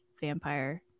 vampire